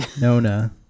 Nona